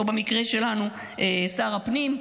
או במקרה שלנו שר הפנים,